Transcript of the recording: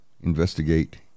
investigate